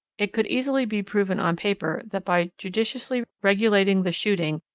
it could easily be proven on paper that by judiciously regulating the shooting,